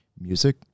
music